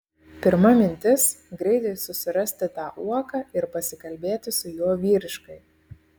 pirma mintis greitai susirasti tą uoką ir pasikalbėti su juo vyriškai